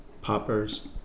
poppers